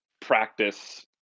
practice